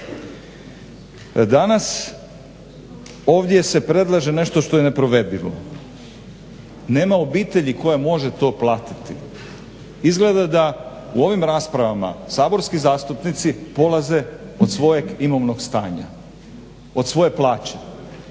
Danas ovdje se predlaže nešto što je neprovedivo. Nema obitelji koja može to platiti. Izgleda da u ovim raspravama saborski zastupnici polaze od svojeg imovnog stanja, od svoje plaće.